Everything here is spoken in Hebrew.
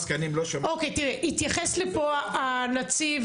התייחס הנציב